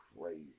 crazy